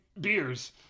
beers